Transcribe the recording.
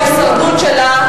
ההישרדות שלה,